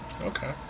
Okay